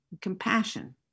compassion